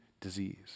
disease